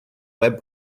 web